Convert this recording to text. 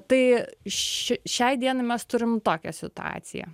tai ši šiai dienai mes turime tokią situaciją